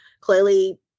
clearly